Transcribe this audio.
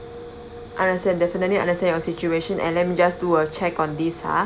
understand differently understand your situation and let me just do a check on this ah